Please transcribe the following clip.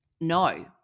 no